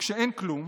כשאין כלום